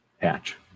patch